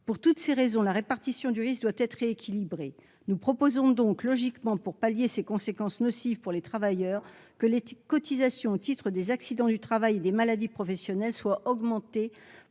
Pour toutes ces raisons, la répartition du risque doit être rééquilibrée. Nous proposons donc logiquement, pour pallier ces conséquences nocives pour les travailleurs, que les cotisations dues au titre des accidents du travail et des maladies professionnelles soient augmentées